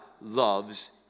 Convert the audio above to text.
loves